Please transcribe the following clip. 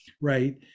right